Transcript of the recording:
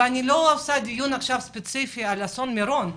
אני לא עושה עכשיו דיון ספציפי על אסון מירון,